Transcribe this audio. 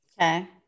Okay